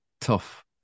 tough